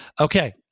okay